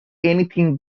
anything